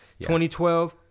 2012